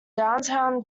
downtown